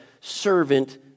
servant